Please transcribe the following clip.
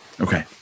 Okay